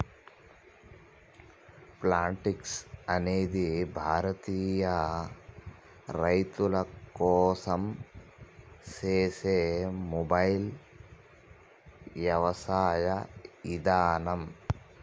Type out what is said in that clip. Plantix అనేది భారతీయ రైతుల కోసం సేసే మొబైల్ యవసాయ ఇదానం